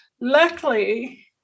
luckily